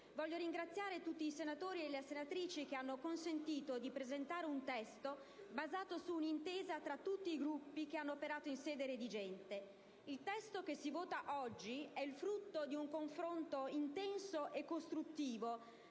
voglio ringraziare tutti i membri di questo ramo del Parlamento che hanno consentito di presentare un testo basato su una intesa tra tutti i Gruppi che hanno operato in sede redigente. Il testo che si vota oggi è il frutto di un confronto intenso e costruttivo